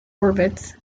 orbits